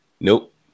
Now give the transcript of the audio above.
Nope